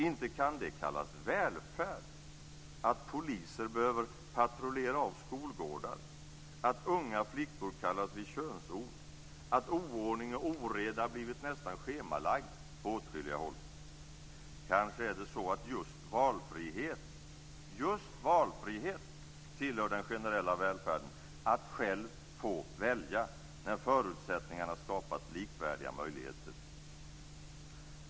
Inte kan det kallas välfärd att poliser behöver patrullera av skolgårdar, att unga flickor kallas vid könsord, att oordning och oreda blivit nästan schemalagd på åtskilliga håll. Kanske är det så att just valfrihet tillhör den generella välfärden, att själv få välja när förutsättningarna skapat likvärdiga möjligheter.